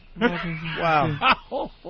Wow